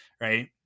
right